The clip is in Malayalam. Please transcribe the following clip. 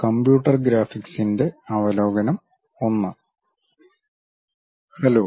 കമ്പ്യൂട്ടർ ഗ്രാഫിക്സിന്റെ അവലോകനം I ഹലോ